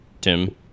Tim